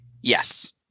Yes